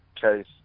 case